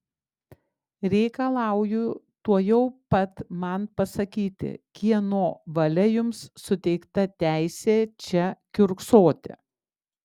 reikalauju tuojau pat man pasakyti kieno valia jums suteikta teisė čia kiurksoti